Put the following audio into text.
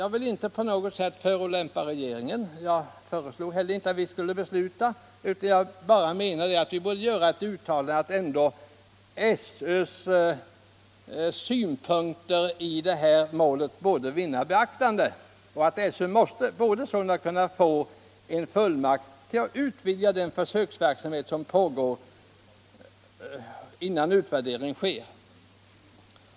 Jag vill inte på något sätt förolämpa regeringen, och jag föreslog bara att vi skulle göra ett uttalande om att SÖ:s synpunkter i detta ärende skulle beaktas och att SÖ sålunda borde kunna få fullmakt att utvidga den försöksverksamhet som pågår innan en utvärdering sker.